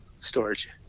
storage